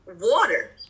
water